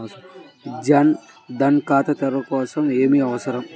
జన్ ధన్ ఖాతా తెరవడం కోసం ఏమి అవసరం?